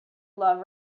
love